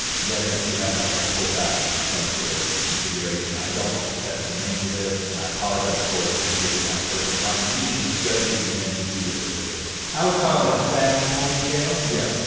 yes, i do have my hair pulled back into some sort of configuration. i don't know the technical name for this and i apologize for it. if you're the kind of person like me who judges men who do this with their hair. i would call it a sad ponytail. yeah.